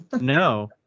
no